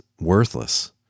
worthless